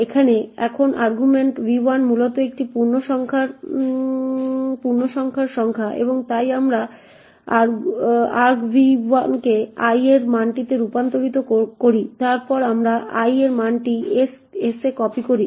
এখন argv1 মূলত একটি পূর্ণসংখ্যা সংখ্যা এবং তাই আমরা argv1কে i এর এই মানটিতে রূপান্তর করি তারপর আমরা i এর এই মানটি s এ কপি করি